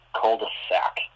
cul-de-sac